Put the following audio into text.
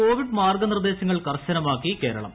Covid മാർഗ്ഗനിർദ്ദേശ്ങ്ങൾ കർശനമാക്കി കേരളം